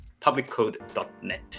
publiccode.net